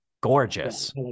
gorgeous